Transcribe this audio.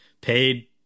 paid